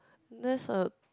that's a